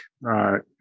right